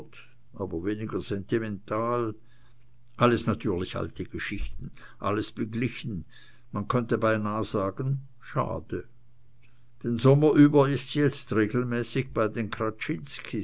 aber weniger sentimental alles natürlich alte geschichten alles beglichen man könnte beinahe sagen schade den sommer über ist sie jetzt regelmäßig bei den